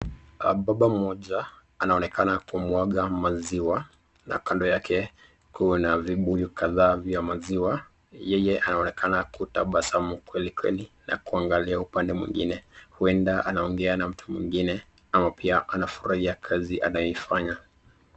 Baba mmoja anaonekana kumwaga maziwa, na kando yake kuna vibuyu kadhaa vya maziwa. Yeye anaonekana kutabasamu kweli kweli na kuangalia upande mwingine. Huenda anaongea na mtu mwingine ama pia anafurahia kazi anayoifanya.